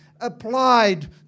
applied